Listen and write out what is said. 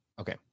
Okay